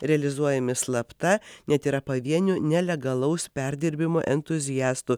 realizuojami slapta net yra pavienių nelegalaus perdirbimo entuziastų